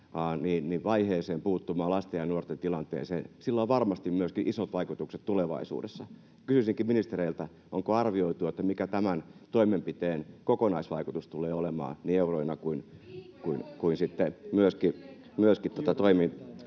vaiheessa puuttumaan lasten ja nuorten tilanteeseen, sillä on varmasti myöskin isot vaikutukset tulevaisuudessa. Kysyisinkin ministereiltä, onko arvioitu, mikä tämän toimenpiteen kokonaisvaikutus tulee olemaan niin euroina kuin sitten